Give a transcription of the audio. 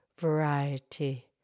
variety